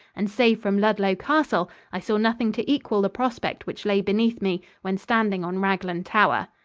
and save from ludlow castle, i saw nothing to equal the prospect which lay beneath me when standing on raglan tower.